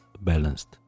balanced